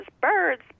birds